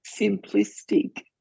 simplistic